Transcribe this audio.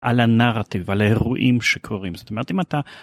על הנרטיב על האירועים שקורים זאת אומרת אם אתה.